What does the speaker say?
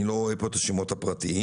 סליחה שאין מולי את שמותיהם הפרטיים,